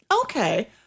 Okay